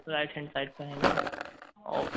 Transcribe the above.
right hand side पर है न औ